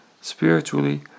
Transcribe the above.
spiritually